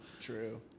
True